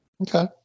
Okay